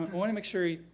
i wanna make sure,